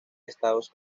estados